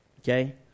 Okay